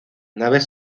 naves